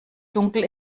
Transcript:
dunkel